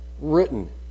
written